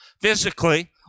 physically